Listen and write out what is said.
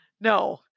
No